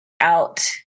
out